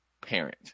parent